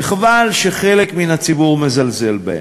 וחבל שחלק מהציבור מזלזל בהם.